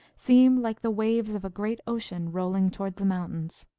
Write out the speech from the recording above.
seem like the waves of a great ocean rolling toward the mountains.